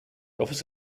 office